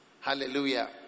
Hallelujah